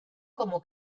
como